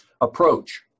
approach